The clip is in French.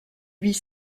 huit